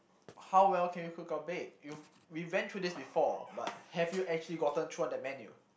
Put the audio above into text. how well can you cook or bake you we went through this before but have you actually gotten thrown the menu